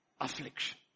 affliction